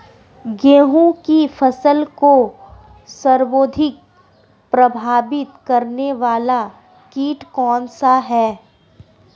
गेहूँ की फसल को सर्वाधिक प्रभावित करने वाला कीट कौनसा है?